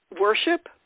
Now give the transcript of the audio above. worship